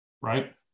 right